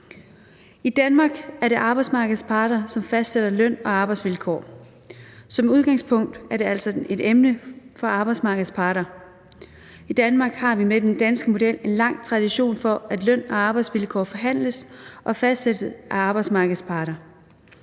I Danmark er det arbejdsmarkedets parter, som fastsætter løn- og arbejdsvilkår. Som udgangspunkt er det altså et emne for arbejdsmarkedets parter. I Danmark har vi med den danske model en lang tradition for, at løn- og arbejdsvilkår forhandles og fastsættes af arbejdsmarkedets parter.